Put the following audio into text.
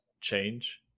change